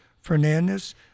Fernandez